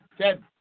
Ted